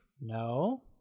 No